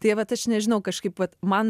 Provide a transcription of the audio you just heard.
tai vat aš nežinau kažkaip vat man